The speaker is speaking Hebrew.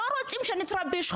לא רוצים שהשחורים יתרבו,